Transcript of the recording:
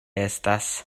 estas